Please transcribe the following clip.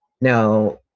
Now